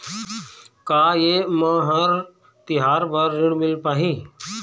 का ये म हर तिहार बर ऋण मिल पाही?